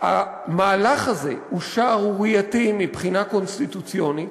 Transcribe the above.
המהלך הזה הוא שערורייתי מבחינה קונסטיטוציונית,